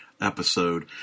episode